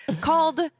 called